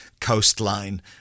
coastline